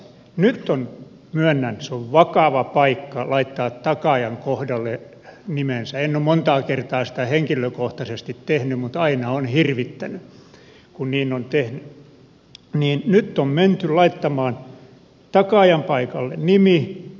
nyt on myönnän se on vakava paikka laittaa takaajan kohdalle nimensä en ole montaa kertaa sitä henkilökohtaisesti tehnyt mutta aina on hirvittänyt kun niin on tehnyt menty laittamaan takaajan paikalle nimi